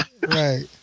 right